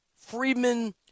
Friedman